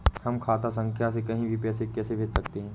हम खाता संख्या से कहीं भी पैसे कैसे भेज सकते हैं?